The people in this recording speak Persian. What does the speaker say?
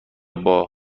باید